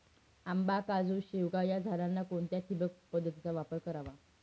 आंबा, काजू, शेवगा या झाडांना कोणत्या ठिबक पद्धतीचा वापर करावा?